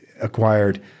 acquired